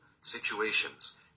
situations